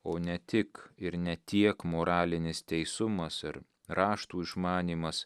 o ne tik ir ne tiek moralinis teisumas ir raštų išmanymas